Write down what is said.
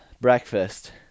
breakfast